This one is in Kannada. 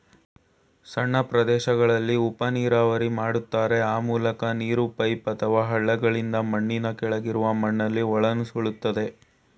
ಸಣ್ಣ ಪ್ರದೇಶಗಳಲ್ಲಿ ಉಪನೀರಾವರಿ ಮಾಡ್ತಾರೆ ಆ ಮೂಲಕ ನೀರು ಪೈಪ್ ಅಥವಾ ಹಳ್ಳಗಳಿಂದ ಮಣ್ಣಿನ ಕೆಳಗಿರುವ ಮಣ್ಣಲ್ಲಿ ಒಳನುಸುಳ್ತದೆ